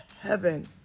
heaven